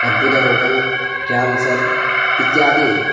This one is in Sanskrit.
अर्बुदरोगं केन्सर् इत्यादि